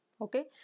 Okay